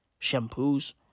shampoos